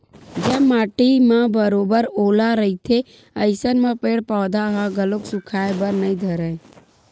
जब माटी म बरोबर ओल रहिथे अइसन म पेड़ पउधा ह घलो सुखाय बर नइ धरय